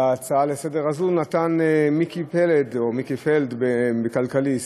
להצעה לסדר-היום הזאת נתן מיקי פֶּלֶד או מיקי פֵלְד ב"כלכליסט",